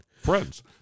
Friends